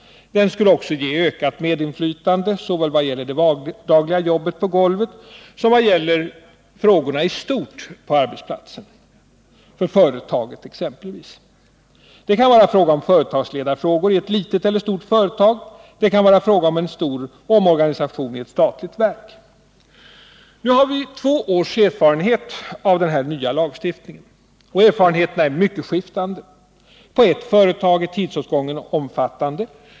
Den skulle också ge ökat medinflytande, såväl vad gäller det vardagliga jobbet på golvet som vad gäller frågorna i stort på arbetsplatsen, för företaget exempelvis. Det kan gälla företagsledarfrågor i ett litet eller stort företag. Det kan vara fråga om en stor omorganisation i ett statligt verk. Nu har vi två års erfarenhet av denna nya lagstiftning. Erfarenheterna är mycket skiftande. På ett företag är tidsåtgången omfattande.